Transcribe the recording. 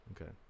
Okay